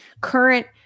current